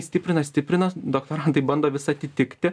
stiprina stiprina doktorantai bando vis atitikti